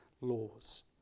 laws